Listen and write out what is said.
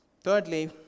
Thirdly